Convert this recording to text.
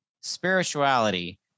spirituality